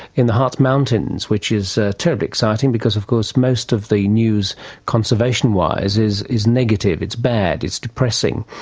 in the hartz mountains, which is terribly exciting because of course most of the news conservation-wise is is negative, it's bad, it's depressing.